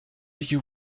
you